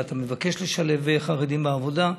ואתה מבקש לשלב חרדים בעבודה.